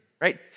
right